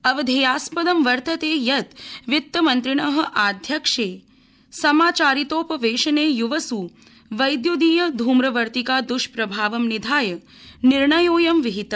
अवधेयास्पदं वर्तते यत् वित्तमंत्रिण आध्यक्षे समाचरितोपवेशने युवसु वैद्युदीय धूम्रवर्तिका दृष्प्रभावं निधाय निर्णयोऽयं विहित